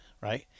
right